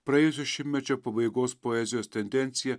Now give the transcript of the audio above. praėjusio šimtmečio pabaigos poezijos tendenciją